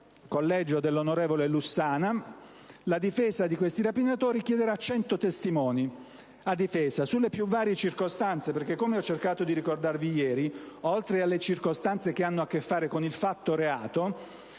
(collegio dell'onorevole Lussana), chiederanno 100 testimoni a difesa sulle più varie circostanze, perché, come ho cercato di ricordarvi ieri, oltre alle circostanze che hanno a che fare con il fatto reato,